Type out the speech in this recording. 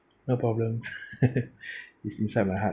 no problem it's inside my heart